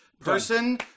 person